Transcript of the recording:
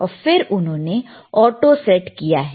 और फिर उन्होंने ऑटो सेट किया है